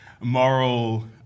moral